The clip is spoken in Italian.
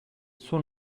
suo